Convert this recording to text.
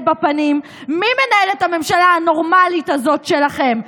בפנים: מי מנהל את הממשלה ה"נורמלית" הזאת שלכם?